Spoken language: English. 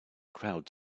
crowd